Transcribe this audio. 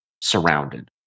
surrounded